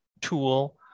tool